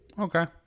Okay